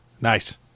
Nice